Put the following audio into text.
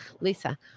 Lisa